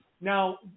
Now